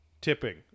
Tipping